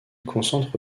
concentre